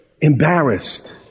embarrassed